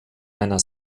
einer